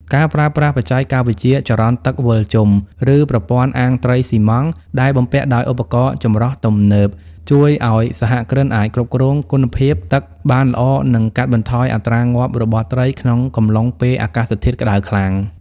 ការប្រើប្រាស់បច្ចេកវិទ្យាចរន្តទឹកវិលជុំ ឬប្រព័ន្ធអាងត្រីស៊ីម៉ងត៍ដែលបំពាក់ដោយឧបករណ៍ចម្រោះទំនើប ជួយឱ្យសហគ្រិនអាចគ្រប់គ្រងគុណភាពទឹកបានល្អ និងកាត់បន្ថយអត្រាងាប់របស់ត្រីក្នុងកំឡុងពេលអាកាសធាតុក្ដៅខ្លាំង។